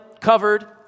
covered